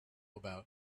about